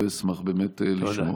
אשמח באמת לשמוע.